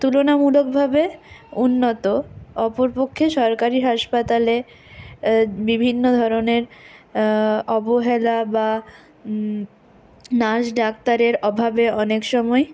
তুলনামূলক ভাবে উন্নত অপরপক্ষে সরকারি হাসপাতালে বিভিন্ন ধরনের অবহেলা বা নার্স ডাক্তারের অভাবে অনেক সময়